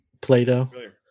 Plato